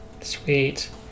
sweet